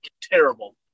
terrible